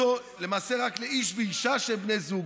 למעשה רק לאיש ואישה של בני זוג,